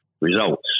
results